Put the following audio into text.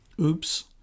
Oops